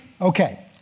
Okay